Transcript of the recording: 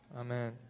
Amen